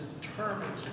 determined